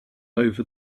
over